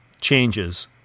changes